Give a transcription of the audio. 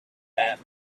that